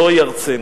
זוהי ארצנו.